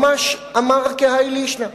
ממש אמר כהאי לישנא.